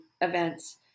events